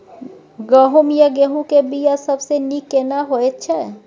गहूम या गेहूं के बिया सबसे नीक केना होयत छै?